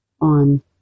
on